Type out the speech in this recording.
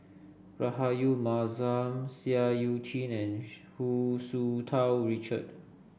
Rahayu Mahzam Seah Eu Chin and Hu Tsu Tau Richard